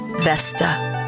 Vesta